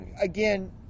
Again